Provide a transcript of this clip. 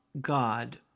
God